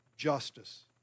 Justice